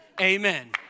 Amen